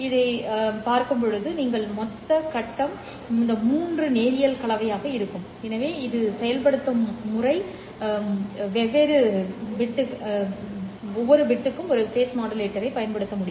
நீங்கள் பார்க்கலாம் நீங்கள் பெறும் மொத்த கட்டம் இந்த மூன்றின் நேரியல் கலவையாக இருக்கும் பின்னர் இது செயல்படுத்தப்படும்